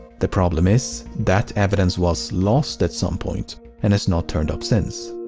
the problem is, that evidence was lost at some point and has not turned up since.